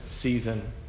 season